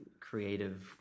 creative